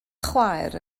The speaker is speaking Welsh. chwaer